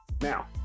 now